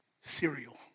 cereal